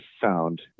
found